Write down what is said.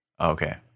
Okay